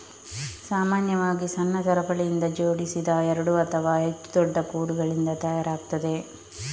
ಸಾಮಾನ್ಯವಾಗಿ ಸಣ್ಣ ಸರಪಳಿಯಿಂದ ಜೋಡಿಸಿದ ಎರಡು ಅಥವಾ ಹೆಚ್ಚು ದೊಡ್ಡ ಕೋಲುಗಳಿಂದ ತಯಾರಾಗ್ತದೆ